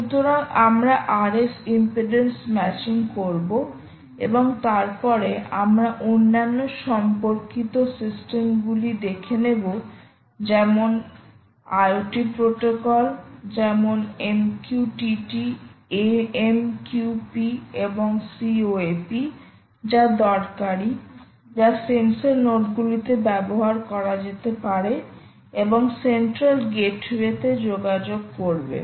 সুতরাং আমরা RF impedance matching করব এবং তারপরে আমরা অন্যান্য সম্পর্কিত সিস্টেম গুলি দেখে নেব যেমন প্রোটোকল IoT প্রোটোকল যেমন MQTT AMQP এবং COAP যা দরকারী যা সেন্সর নোডগুলিতে ব্যবহার করা যেতে পারে এবং সেন্ট্রাল গেটওয়ে তে যোগাযোগ করবে